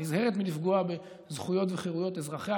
שנזהרת מלפגוע בזכויות וחירויות אזרחיה,